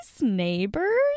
neighbors